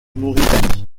mauritanie